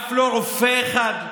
אף לא רופא אחד,